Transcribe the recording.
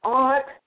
art